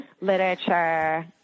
literature